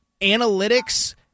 analytics